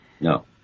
No